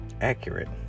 accurate